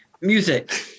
Music